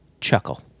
chuckle